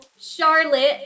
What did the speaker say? Charlotte